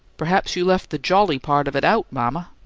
perhaps you left the jolly part of it out, mama.